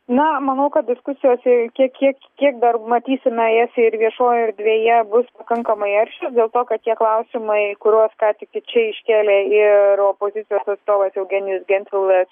na manau kad diskusijose kiek kiek kiek dar matysime jas ir viešojoje erdvėje bus pakankamai aršios dėl to kad tie klausimai kuriuos ką tik tai čia iškėlė ir opozicijos atstovas eugenijus gentvilas